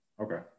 Okay